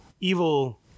evil